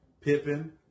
Pippen